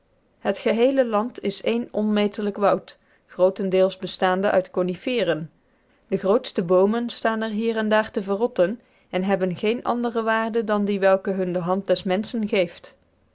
het geheele land is één onmetelijk woud grootendeels bestaande uit coniferen de grootste boomen staan er hier en daar te verrotten en hebben geene andere waarde dan die welke hun de hand des menschen geeft